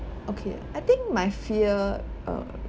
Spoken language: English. okay I think my fear err